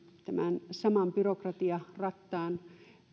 tämän saman byrokratiarattaan